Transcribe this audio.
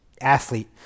athlete